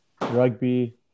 rugby